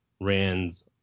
Rand's